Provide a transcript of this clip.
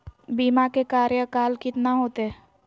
बीमा के कार्यकाल कितना होते?